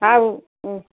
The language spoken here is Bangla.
হ্যা ও ও